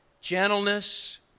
gentleness